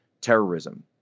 terrorism